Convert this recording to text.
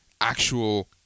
actual